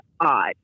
odd